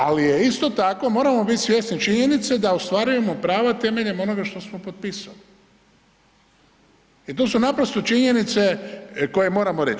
Ali isto tako moramo biti svjesni činjenice da ostvarujemo prava temeljem onoga što smo potpisali i to su naprosto činjenice koje moramo reć.